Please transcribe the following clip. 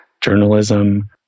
journalism